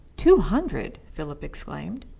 two hundred? philip exclaimed.